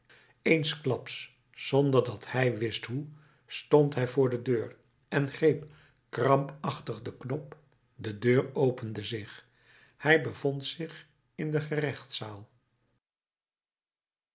eensklaps zonder dat hij wist hoe stond hij voor de deur en greep krampachtig den knop de deur opende zich hij bevond zich in de